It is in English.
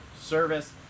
service